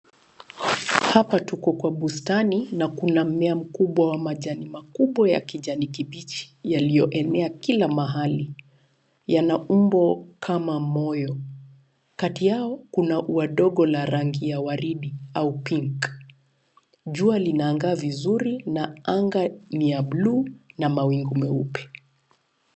Hapa tuko kwa bustani na kuna mmea mkubwa wa majani makubwa ya kijani kibichi yaliyoenea kila mahali. Yana umbo kama moyo kati yao kuna ua ndogo la rangi ya waridi au pink . Jua linang'aa vizuri na anga ni ya buluu na mawingu meupe.